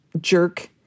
jerk